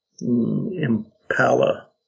impala